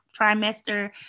trimester